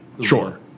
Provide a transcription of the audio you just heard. Sure